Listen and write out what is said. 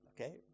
okay